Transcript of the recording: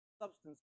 Substance